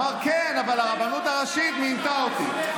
הוא אמר: כן, אבל הרבנות הראשית רימתה אותי.